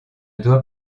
doit